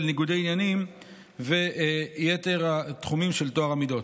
ניגודי עניינים ויתר התחומים של טוהר המידות.